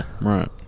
Right